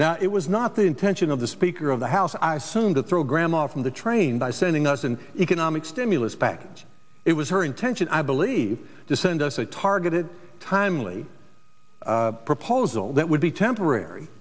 now it was not the intention of the speaker of the house i soon to throw grandma from the train by sending us an economic stimulus package it was her intention i believe to send us a targeted timely proposal that would be temporary